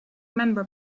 remember